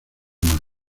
más